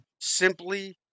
simply